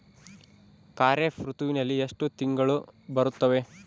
ಖಾರೇಫ್ ಋತುವಿನಲ್ಲಿ ಎಷ್ಟು ತಿಂಗಳು ಬರುತ್ತವೆ?